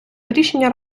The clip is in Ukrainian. рішення